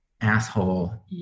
asshole